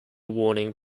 warning